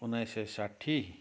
उन्नाइस सय साठी